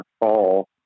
fall